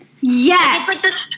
Yes